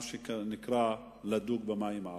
מה שקרוי, לדוג במים העכורים.